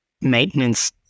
maintenance